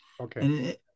Okay